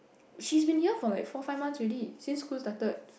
she's been here for like four five months already since school started